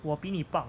我比你棒